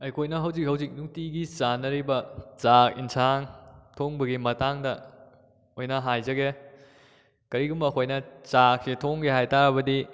ꯑꯩꯈꯣꯏꯅ ꯍꯧꯖꯤꯛ ꯍꯧꯖꯤꯛ ꯅꯨꯡꯇꯤꯒꯤ ꯆꯥꯟꯅꯔꯤꯕ ꯆꯥꯛ ꯏꯟꯁꯥꯡ ꯊꯣꯡꯕꯒꯤ ꯃꯇꯥꯡꯗ ꯑꯣꯏꯅ ꯍꯥꯏꯖꯒꯦ ꯀꯔꯤꯒꯨꯝꯕ ꯑꯩꯈꯣꯏꯅ ꯆꯥꯛꯁꯦ ꯊꯣꯡꯒꯦ ꯍꯥꯏꯇꯥꯔꯕꯗꯤ